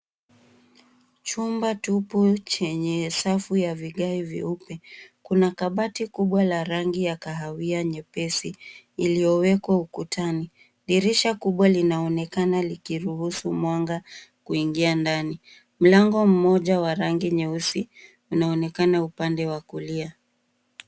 Chumba tupu chenye safu ya vigae vyeupe. Kuna kabati kubwa la rangi ya kahawia nyeoesi iliyowekwa ukutani. Dirisha kubwa linaonekana likiruhusu mwanga kuingia ndani. Mlango mmoja wa rangi nyeusi unaonekana upande wa kulia.